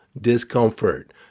discomfort